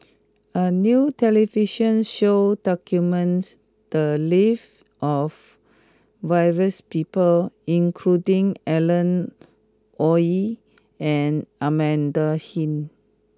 a new television show documented the lives of various people including Alan Oei and Amanda Heng